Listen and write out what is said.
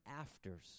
afters